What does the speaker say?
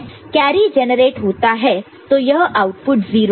carry generate होता है तो यह आउटपुट 0 रहेगा